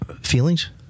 feelings